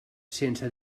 sense